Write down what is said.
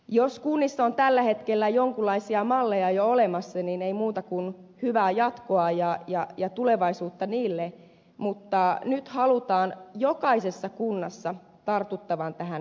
jos kunnissa on tällä hetkellä jonkunlaisia malleja jo olemassa niin ei muuta kuin hyvää jatkoa ja tulevaisuutta niille mutta nyt halutaan jokaisessa kunnassa tartuttavan tähän toimeen